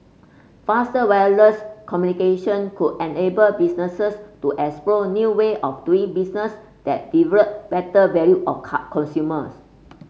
faster wireless communication could enable businesses to explore new way of doing business that deliver better value of car consumers